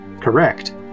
Correct